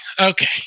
Okay